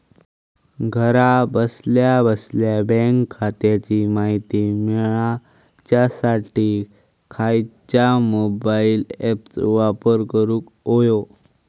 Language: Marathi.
घरा बसल्या बसल्या बँक खात्याची माहिती मिळाच्यासाठी खायच्या मोबाईल ॲपाचो वापर करूक होयो?